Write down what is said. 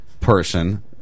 person